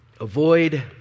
Avoid